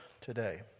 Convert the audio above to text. today